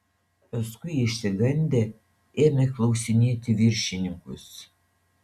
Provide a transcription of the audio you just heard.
paskui išsigandę ėmė klausinėti viršininkus